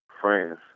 Friends